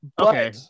Okay